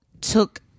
took